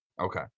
Okay